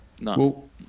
No